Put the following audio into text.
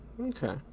Okay